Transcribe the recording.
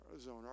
zone